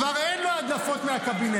כבר אין לו הדלפות מהקבינט,